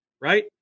right